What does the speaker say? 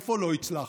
איפה לא הצלחנו?